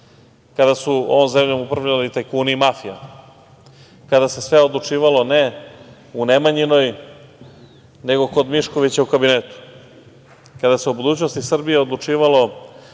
kada su ovom zemljom upravljali tajkuni i mafija, kada se sve odlučivalo ne u Nemanjinoj, nego kod Miškovića u kabinetu, kada se o budućnosti Srbije odlučivalo